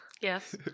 Yes